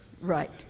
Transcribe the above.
right